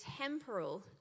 temporal